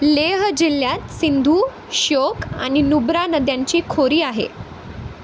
लेह जिल्ह्यात सिंधू श्योक आणि नुब्रा नद्यांची खोरी आहे